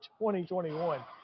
2021